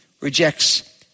rejects